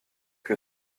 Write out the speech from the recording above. que